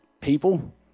people